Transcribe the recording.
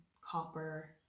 copper